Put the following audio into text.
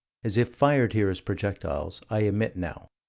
as if fired here as projectiles, i omit now,